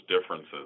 differences